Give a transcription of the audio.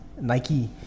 Nike